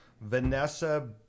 Vanessa